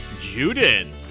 Juden